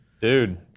dude